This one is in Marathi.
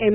एम